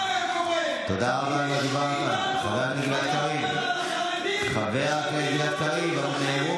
מה היה קורה אם מישהו מאיתנו היה אומר על החרדים שהם בריונים מלוכלכים.